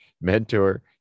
mentor